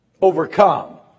overcome